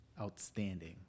outstanding